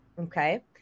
Okay